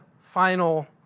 final